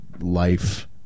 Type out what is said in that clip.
life